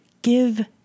Give